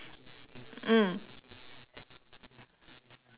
mm